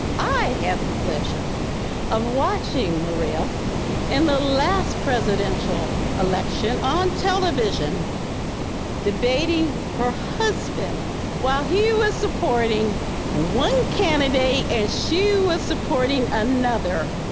i had the pleasure of watching maria in the last presidential election on television debating her husband while he was supporting one candidate and she was supporting another.